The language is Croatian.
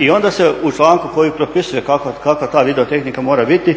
I onda se u članku koji propisuje kakva ta videotehnika mora biti